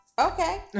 Okay